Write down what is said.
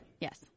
Yes